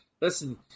Listen